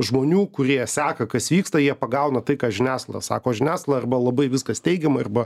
žmonių kurie seka kas vyksta jie pagauna tai ką žiniasklaida sako žiniasklaida arba labai viskas teigiamai arba